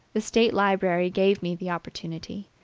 the state library gave me the opportunity.